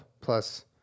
plus